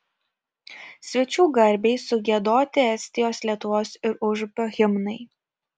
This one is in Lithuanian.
svečių garbei sugiedoti estijos lietuvos ir užupio himnai